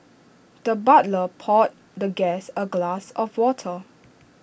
the butler poured the guest A glass of water